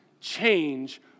change